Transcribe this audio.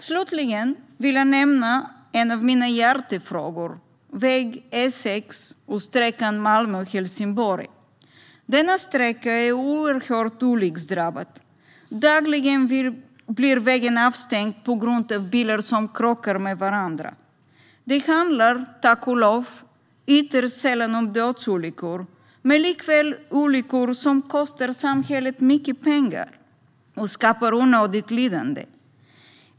Slutligen vill jag nämna en av mina hjärtefrågor, sträckan Malmö-Helsingborg på väg E6. Denna sträcka är oerhört olycksdrabbad. Dagligen blir vägen avstängd på grund av bilar som krockar. Det handlar tack och lov ytterst sällan om dödsolyckor, men likväl handlar det om olyckor som kostar samhället mycket pengar och skapar onödigt lidande.